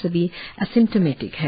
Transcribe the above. सभी एसिम्टोमेटीक है